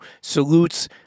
salutes